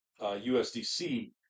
USDC